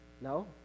No